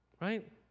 right